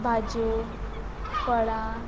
भाज्यो फळां